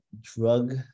drug